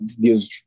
gives